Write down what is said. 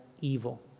evil